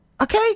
Okay